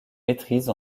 maîtrise